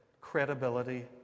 credibility